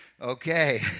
okay